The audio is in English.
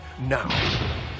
Now